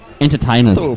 entertainers